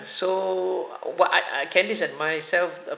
so uh what I I candace and myself uh